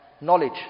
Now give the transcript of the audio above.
knowledge